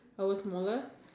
I was smaller